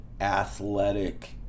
athletic